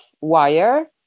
wire